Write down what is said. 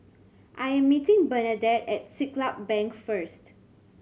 I am meeting Bernadette at Siglap Bank first